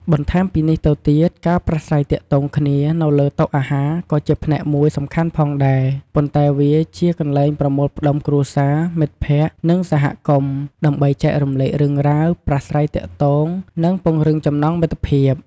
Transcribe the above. បន្ថែមពីនេះទៅទៀត ការប្រាស្រ័យទាក់ទងគ្នានៅលើតុអាហារក៏ជាផ្នែកមួយសំខាន់ផងដែរ ប៉ុន្តែវាជា កន្លែងប្រមូលផ្តុំគ្រួសារ មិត្តភ័ក្តិ និងសហគមន៍ ដើម្បីចែករំលែករឿងរ៉ាវ ប្រាស្រ័យទាក់ទង និងពង្រឹងចំណងមិត្តភាព។